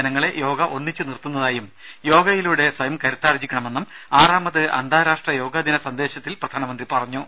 ജനങ്ങളെ യോഗ ഒന്നിച്ചു നിർത്തുന്നതായും യോഗയിലൂടെ സ്വയം കരുത്താർജ്ജിക്കണമെന്നും ആറാമത് അന്താരാഷ്ട്ര യോഗ ദിന സന്ദേശത്തിൽ പ്രധാനമന്ത്രി പറഞ്ഞു